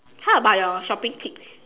how about your shopping tips